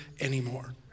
anymore